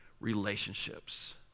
relationships